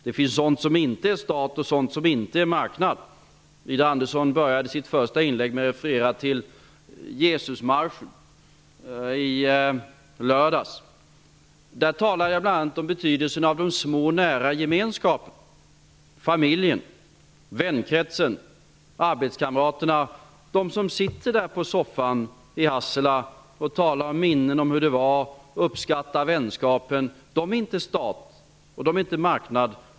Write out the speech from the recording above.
Det finns sådant som inte är stat och sådant som inte är marknad. Widar Andersson började sitt första inlägg med att referera till Där talade jag bl.a. om betydelsen av de små nära gemenskaperna, familjen, vänkretsen och arbetskamraterna. De som sitter där på soffan i Hassela och talar minnen om hur det var och uppskattar vänskapen är inte stat eller marknad.